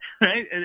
right